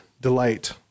delight